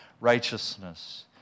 righteousness